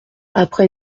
après